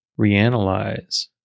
reanalyze